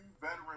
veteran